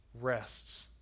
rests